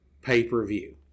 Pay-per-view